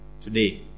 today